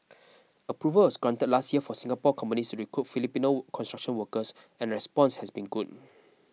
approval was granted last year for Singapore companies to recruit Filipino construction workers and response has been good